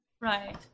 Right